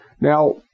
Now